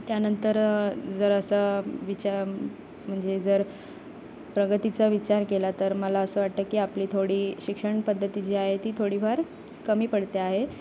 त्यानंतर जर असा विचा म्हणजे जर प्रगतीचा विचार केला तर मला असं वाटतं की आपली थोडी शिक्षण पद्धती जी आहे ती थोडीफार कमी पडते आहे